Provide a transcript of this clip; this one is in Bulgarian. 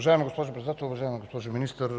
Уважаема госпожо Председател, уважаема госпожо Министър!